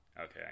okay